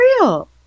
real